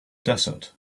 desert